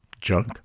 junk